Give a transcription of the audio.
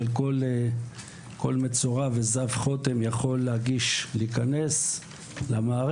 אבל כל מצורע וזב חוטם יכול להגיש ולהיכנס למערכת,